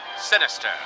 Sinister